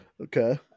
Okay